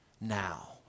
now